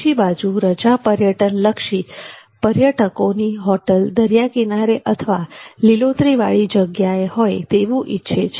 બીજી બાજુ રજા પર્યટન લક્ષી પર્યટકોની હોટલ દરીયા કિનારે અથવા લીલોતરી વાળી જગ્યાએ હોય તેવું ઈચ્છે છે